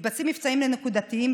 מתבצעים מבצעים נקודתיים,